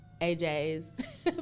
AJ's